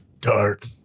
dark